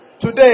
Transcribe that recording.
Today